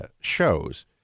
shows